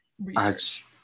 research